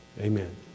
Amen